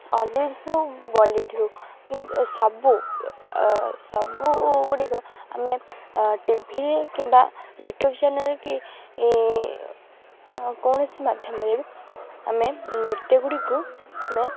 Hollywood ହଉ Bollywood ହଉ କି ସବୁ ସବୁଗୁଡ଼ିକ ଆମେ ଟିଭିରେ କିମ୍ବା ୟୁଟ୍ୟୁବ୍ ଚ୍ୟାନେଲ୍ କି କୌଣସି ମାଧ୍ୟମରେ ଆମେ ନୃତ୍ୟ ଗୁଡ଼ିକୁ ଆମେ